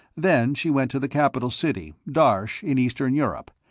then she went to the capital city, darsh, in eastern europe,